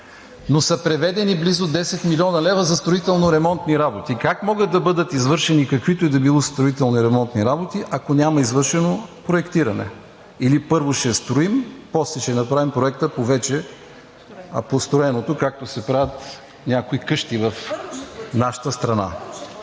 но са преведени близо 10 млн. лв. за строително-ремонтни работи. Как могат да бъдат извършени каквито и да било строително-ремонтни работи, ако няма извършено проектиране? Или първо ще строим, после ще направим проекта по вече построеното, както се правят някои къщи в нашата страна.